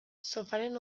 sofaren